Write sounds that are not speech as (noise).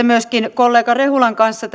(unintelligible) myöskin kollega rehulan kanssa (unintelligible)